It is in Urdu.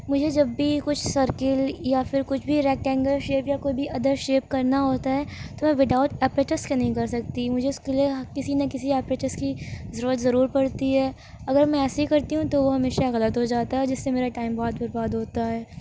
مجھے جب بھی کچھ سرکل یا پھرکچھ بھی ریکٹینگل شیپ یا کوئی بھی ادر شیپ کرنا ہو تا ہے تو وداؤٹ اپریٹس کے نہیں کر سکتی مجھے اس کے لئے کسی نہ کسی اییرٹس کی ضرورت ضرور پڑتی ہے اگر میں ایسے ہی کرتی ہوں تو وہ ہمیشہ غلط ہو جاتا ہے جس سے میرا ٹائم بہت برباد ہوتا ہے